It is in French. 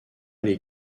les